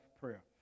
prayer